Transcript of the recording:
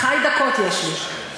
ח"י דקות יש לי.